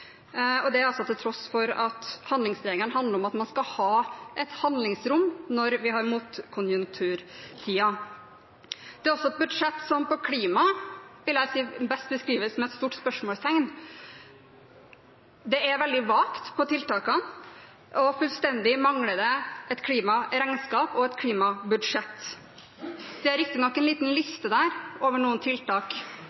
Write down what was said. og det til tross for at handlingsregelen handler om at man skal ha et handlingsrom når vi har motkonjunkturtiden. Det er også et budsjett som når det gjelder klima – vil jeg si – best beskrives med et stort spørsmålstegn. Det er veldig vagt når det gjelder tiltakene, og det mangler fullstendig et klimaregnskap og et klimabudsjett. Det er riktignok en liten